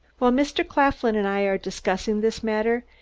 well, mr. claflin and i are discussing this matter,